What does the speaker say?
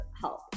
help